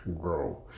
grow